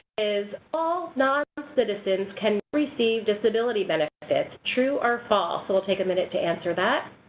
is all non-citizens can receive disability benefits? true or false. we'll take a minute to answer that.